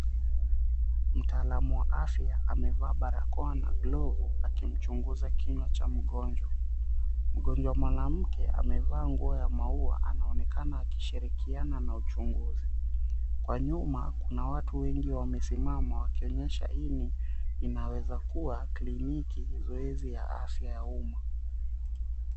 Mtaalamu wa afya amevaa barakoa na glovu akimchunguza kinywa cha mgonjwa. Mgonjwa mwanamke amevaa nguo ya maua, anaonekana akishirikiana na uchunguzi. Kwa nyuma, kuna watu wengi wamesimama wakionyesha hii inaweza kuwa kliniki, zoezi ya afya ya umma.